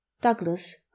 Douglas